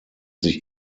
sich